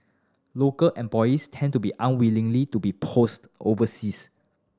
local employees tend to be unwillingly to be post overseas